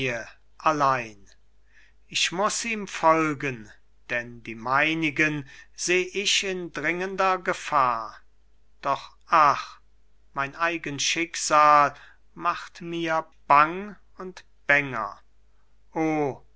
allein ich muß ihm folgen denn die meinigen seh ich in dringender gefahr doch ach mein eigen schicksal macht mir bang und bänger